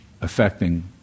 affecting